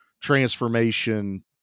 transformation